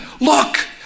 look